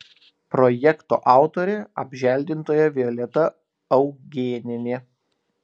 projekto autorė apželdintoja violeta augėnienė